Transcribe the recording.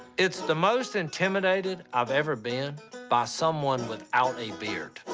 it's the most intimidated i've ever been by someone without a beard.